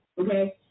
Okay